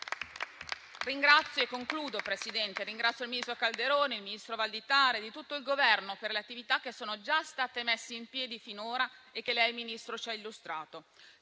In conclusione, Presidente, ringrazio il ministro Calderone, il ministro Valditara e tutto il Governo per le attività che sono già state messe in piedi finora e che lei, Ministro, ci ha illustrato.